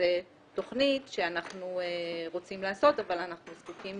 זו תוכנית שאנחנו רוצים לעשות אבל אנחנו זקוקים